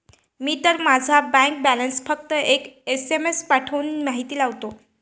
मी तर माझा bank balance फक्त एक एस.एम.एस पाठवून माहिती लावतो